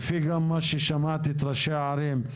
לפי גם מה ששמעתי את ראשי הערים.